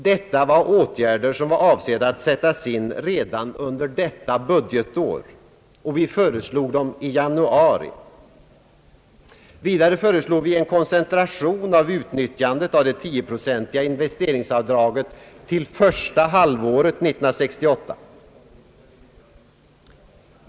Detta var åtgärder som var avsedda att sättas in redan under detta budgetår, och vi föreslog dem i januari. Vidare föreslog vi en koncentration av utnyttjandet av det 10-procentiga investeringsavdraget till första halvåret 1968.